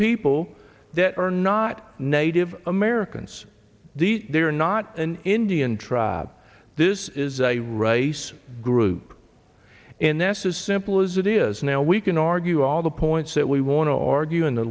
people that are not native americans they're not an indian tribe this is a race group iness simple as it is now we can argue all the points that we want to argue in t